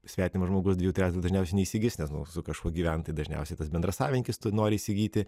svetimas žmogus dviejų tračdalių dažniausiai neįsigis nes su kažkuo gyventi dažniausiai tas bendrasavinkis nori įsigyti